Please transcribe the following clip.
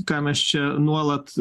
ką mes čia nuolat